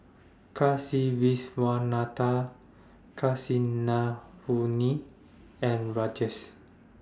Kasiviswanathan Kasinadhuni and Rajesh